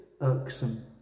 irksome